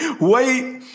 wait